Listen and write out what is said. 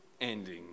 ending